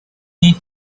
need